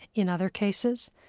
in other cases,